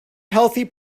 healthy